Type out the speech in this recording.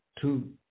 two